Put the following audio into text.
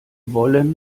wollen